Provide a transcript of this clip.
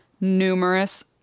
numerous